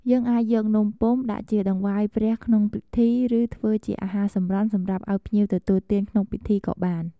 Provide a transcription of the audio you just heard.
យើងអាចយកនំពុម្ពដាក់ជាដង្វាយព្រះក្នុងពិធី ឬ ធ្វើជាអាហារសម្រន់សម្រាប់ឱ្យភ្ញៀវទទួលទានក្នុងពិធីក៏បាន។